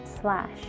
slash